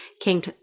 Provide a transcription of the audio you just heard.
King